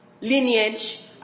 lineage